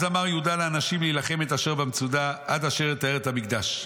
אז אמר יהודה לאנשים להילחם את אשר במצודה עד אשר יטהר את המקדש.